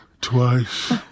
twice